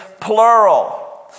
plural